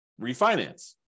refinance